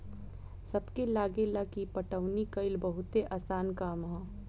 सबके लागेला की पटवनी कइल बहुते आसान काम ह